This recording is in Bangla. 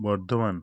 বর্ধমান